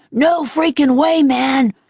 no freakin' way, man!